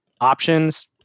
options